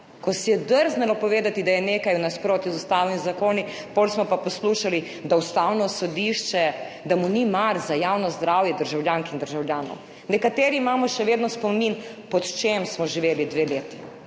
Ko si je drznilo povedati, da je nekaj v nasprotju z ustavo in zakoni, potem smo pa poslušali, da Ustavnemu sodišču ni mar za javno zdravje državljank in državljanov? Nekateri imamo še vedno spomin, pod čem smo živeli dve leti,